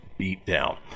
Beatdown